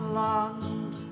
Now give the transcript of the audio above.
land